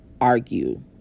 argue